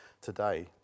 today